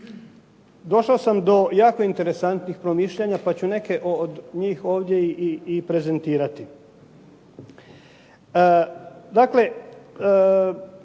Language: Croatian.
došao sam do jako interesantnih promišljanja, pa ću neke od njih ovdje i prezentirati. Dakle,